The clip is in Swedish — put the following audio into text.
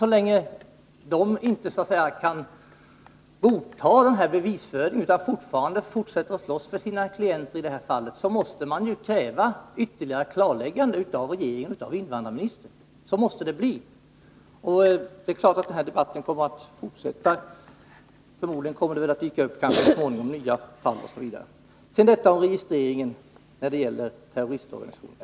Så länge de inte kan godta bevisföringen utan fortsätter att slåss för sina klienter måste man kräva ytterligare klarläggande av regeringen och invandrarministern. Det är då klart att den här debatten kommer att fortsätta. Förmodligen kommer det så småningom att inträffa nya fall, Osv. Så till registreringen av terroristorganisationer.